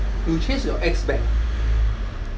you chase your ex back